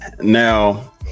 Now